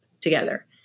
together